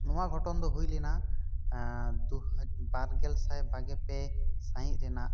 ᱱᱚᱣᱟ ᱜᱷᱚᱴᱚᱱ ᱫᱚ ᱦᱩᱭ ᱞᱮᱱᱟ ᱫᱩᱦᱟᱡ ᱵᱟᱨᱜᱮᱞᱥᱟᱭ ᱵᱟᱜᱮᱯᱮ ᱥᱟᱹᱦᱤᱡ ᱨᱮᱱᱟᱜ